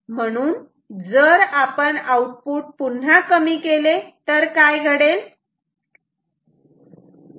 म्हणून जर आपण आउटपुट पुन्हा कमी केले तर काय घडेल